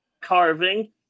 carving